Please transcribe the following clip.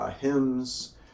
hymns